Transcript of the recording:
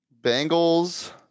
Bengals